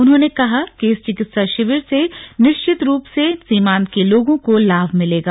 उन्होंने कहा कि इस चिकित्सा शिविर से निश्चित रूप से सीमान्त के लोगों को लाभ मिलेगा